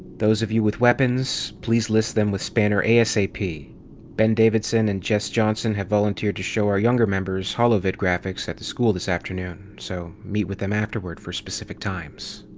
those of you with weapons, please list them with spanner asap ben davidson and jess jonson have volunteered to show our younger members holovid graphics at the school this afternoon, so meet with them afterward for specific times.